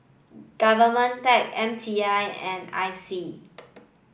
government tech M T I and I C